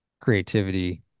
creativity